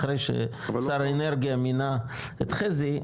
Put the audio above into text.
אחרי ששר האנרגיה מינה את חזי,